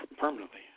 permanently